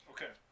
Okay